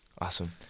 Awesome